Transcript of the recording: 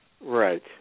Right